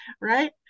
right